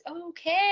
okay